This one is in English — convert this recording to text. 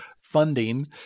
funding